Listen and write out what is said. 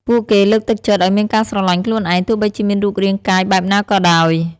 ពួកគេលើកទឹកចិត្តឲ្យមានការស្រលាញ់ខ្លួនឯង ទោះបីជាមានរូបរាងកាយបែបណាក៏ដោយ។